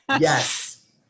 Yes